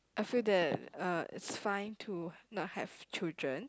I feel that uh it's fine to not have children